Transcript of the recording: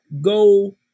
go